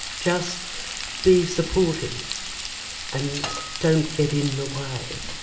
just be supportive and don't get in the way.